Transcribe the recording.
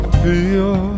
feel